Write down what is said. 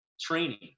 training